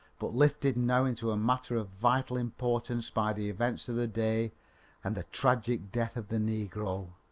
but lifted now into a matter of vital importance by the events of the day and the tragic death of the negro!